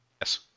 Yes